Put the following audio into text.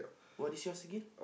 what is yours again